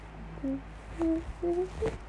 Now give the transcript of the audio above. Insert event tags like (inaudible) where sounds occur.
(noise)